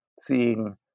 seeing